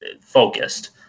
focused